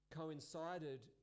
coincided